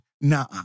nah